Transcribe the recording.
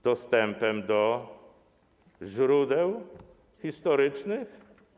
Dostępem do źródeł historycznych?